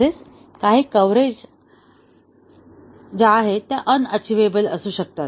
तसेच काही coverage unachievable असू शकते